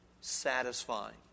satisfying